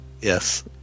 Yes